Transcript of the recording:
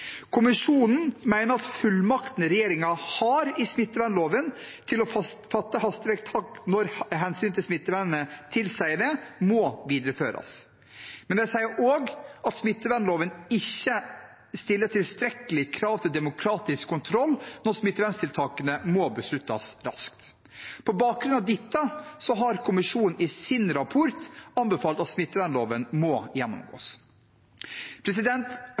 Kommisjonen mener at fullmaktene regjeringen har i smittevernloven til å fatte hastevedtak når hensynet til smittevernet tilsier det, må videreføres. Men de sier også at smittevernloven ikke stiller tilstrekkelige krav til demokratisk kontroll når smittevernstiltakene må besluttes raskt. På bakgrunn av dette har kommisjonen i sin rapport anbefalt av smittevernloven må gjennomgås.